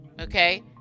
okay